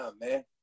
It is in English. man